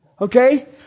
Okay